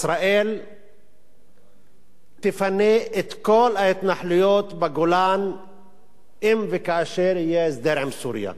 ישראל תפנה את כל ההתנחלויות בגולן אם וכאשר יהיה הסדר עם סוריה.